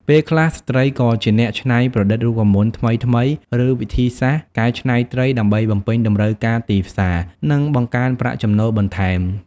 ពេលខ្លះ ស្ត្រីក៏ជាអ្នកច្នៃប្រឌិតរូបមន្តថ្មីៗ ឬវិធីសាស្ត្រកែច្នៃត្រី ដើម្បីបំពេញតម្រូវការទីផ្សារ និងបង្កើនប្រាក់ចំណូលបន្ថែម។